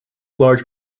large